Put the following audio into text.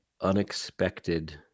unexpected